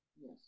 Yes